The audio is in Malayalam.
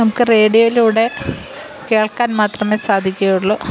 നമുക്ക് റേഡിയോയിലൂടെ കേൾക്കാൻ മാത്രമേ സാധിക്കുകയുള്ളൂ